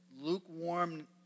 lukewarm